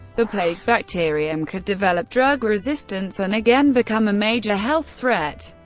the plague bacterium could develop drug resistance and again become a major health threat.